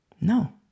No